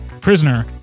Prisoner